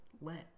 let